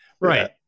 Right